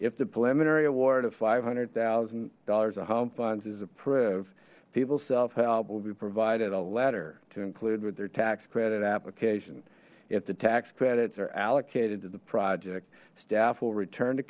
if the preliminary award of five hundred thousand dollars of home funds is approve people self help will be provided a letter to include with their tax credit application if the tax credits are allocated to the project staff will return to